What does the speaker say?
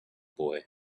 boy